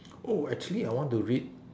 oh actually I want to read